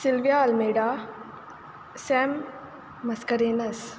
Sylvia Almeida Sam Mascarenhas